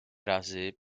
razy